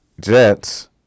Jets